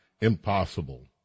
impossible